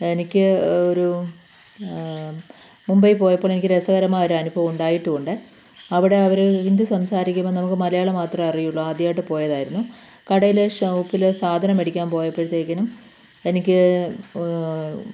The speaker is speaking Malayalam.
എനിക്ക് ഒരു മുംബൈ പോയപ്പോഴ് എനിക്ക് രസകരമായ ഒരു അനുഭവം ഉണ്ടായിട്ടും ഉണ്ട് അവിടെ അവർ ഹിന്ദി സംസാരിക്കുമ്പോൾ നമുക്ക് മലയാളം മാത്രമേ അറിയുള്ളൂ ആദ്യമായിട്ട് പോയതായിരുന്നു കടയിലെ ഷോപ്പിൽ സാധനം മേടിക്കാൻ പോയപ്പോഴത്തേക്കിനും എനിക്ക്